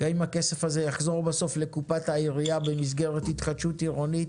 גם אם הכסף הזה יחזור לקופת העירייה במסגרת התחדשות עירונית